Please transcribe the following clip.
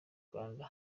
rwanda